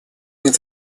нет